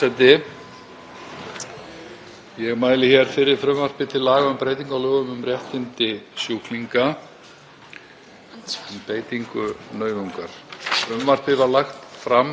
Ég mæli hér fyrir frumvarpi til laga um breytingu á lögum um réttindi sjúklinga, um beitingu nauðungar. Frumvarpið var lagt fram